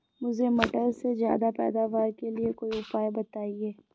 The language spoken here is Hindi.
मुझे मटर के ज्यादा पैदावार के लिए कोई उपाय बताए?